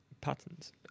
patterns